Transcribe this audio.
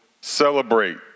celebrate